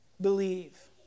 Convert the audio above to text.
Believe